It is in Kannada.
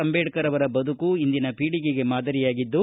ಅಂಬೇಡ್ಕರ ಅವರ ಬದುಕು ಇಂದಿನ ಪೀಳಿಗೆಗೆ ಮಾದರಿಯಾಗಿದ್ದು